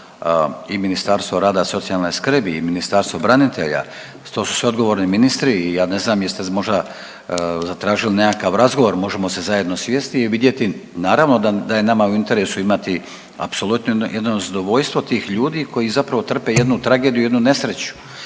i Ministarstvo rada i socijalne skrbi i Ministarstvo branitelja, to su sve odgovorni ministri i ja ne znam jeste možda zatražili nekakav razgovor, možemo se zajedno sjesti i vidjeti, naravno da je nama u interesu imati apsolutno jedno zadovoljstvo tih ljudi koji zapravo trpe jednu tragediju i jednu nesreću.